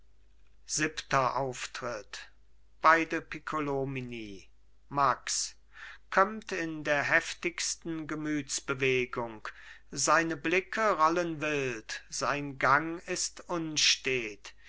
siebenter auftritt beide piccolomini max kömmt in der heftigsten gemütsbewegung seine blicke rollen wild sein gang ist unstet